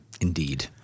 Indeed